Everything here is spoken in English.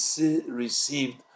received